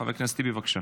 חבר הכנסת טיבי, בבקשה.